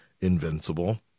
Invincible